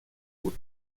بود